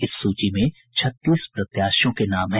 इस सूची में छत्तीस प्रत्याशियों के नाम हैं